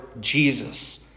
Jesus